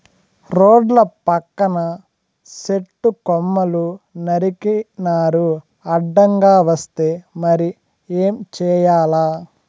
రోడ్ల పక్కన సెట్టు కొమ్మలు నరికినారు అడ్డంగా వస్తే మరి ఏం చేయాల